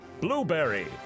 Blueberry